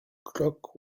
clock